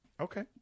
Okay